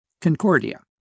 Concordia